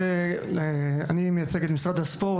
אני מייצג את משרד הספורט.